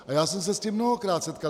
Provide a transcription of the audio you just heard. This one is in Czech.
A já jsem se s tím mnohokrát setkal.